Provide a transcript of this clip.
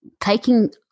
taking